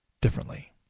differently